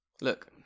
Look-